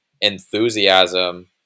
enthusiasm